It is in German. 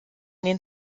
den